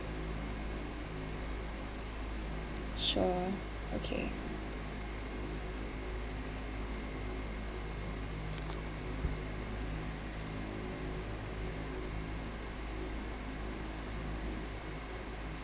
sure okay